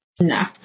No